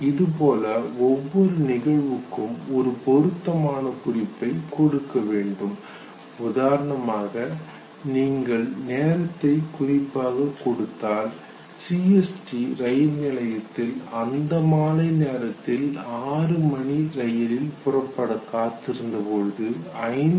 இதுபோல் ஒவ்வொரு நிகழ்வுக்கும் ஒரு பொருத்தமான குறிப்பை கொடுக்க வேண்டும் உதாரணமாக நீங்கள் நேரத்தை குறிப்பாக கொடுத்தால் CST ரயில் நிலையத்தில் அந்த மாலை நேரத்தில் ஆறு மணி ரயிலில் புறப்பட காத்திருந்தபோது 5